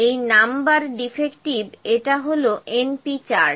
এই number defective এটা হল np চার্ট